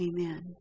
Amen